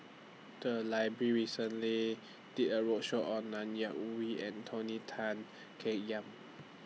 The Library recently did A roadshow on Ng Yak Whee and Tony Tan Keng Yam